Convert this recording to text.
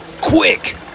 Quick